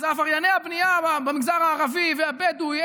אז עברייני הבנייה במגזר הערבי והבדואי,